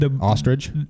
Ostrich